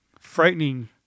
frightening